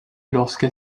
lorsque